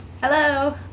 Hello